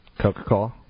Coca-Cola